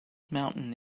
mountain